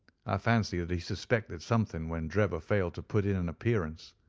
fancy that he suspected something when drebber failed to put in an appearance.